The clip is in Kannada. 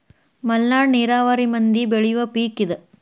ಮಲ್ನಾಡ ನೇರಾವರಿ ಮಂದಿ ಬೆಳಿಯುವ ಪಿಕ್ ಇದ